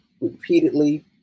repeatedly